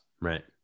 Right